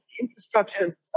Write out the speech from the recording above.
infrastructure